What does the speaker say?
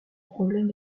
problème